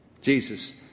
Jesus